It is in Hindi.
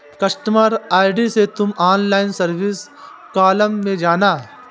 कस्टमर आई.डी से तुम ऑनलाइन सर्विस कॉलम में जाना